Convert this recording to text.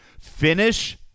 finish